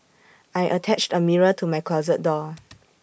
I attached A mirror to my closet door